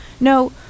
No